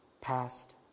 Past